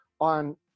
on